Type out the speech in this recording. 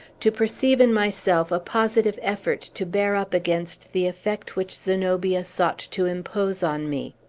to perceive in myself a positive effort to bear up against the effect which zenobia sought to impose on me.